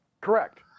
Correct